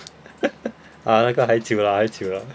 ah 那个还久啦还久啦